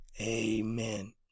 amen